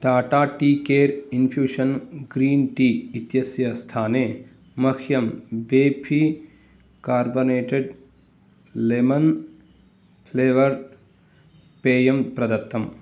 Tata tea care infusion green tea इत्यस्य स्थाने मह्यं बेफी कार्बनेटेड् लेमन् फ्लेवर् पेयं प्रदत्तम्